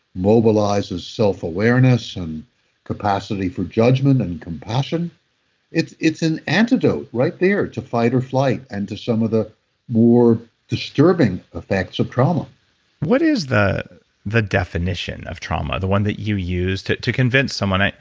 mobilizes self-awareness and capacity for judgment and compassion it's it's an antidote right there to fight or flight and to some of the more disturbing effects of trauma what is the definition of trauma? the one that you used to to convince someone.